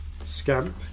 Scamp